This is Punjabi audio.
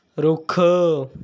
ਰੁੱਖ